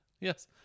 Yes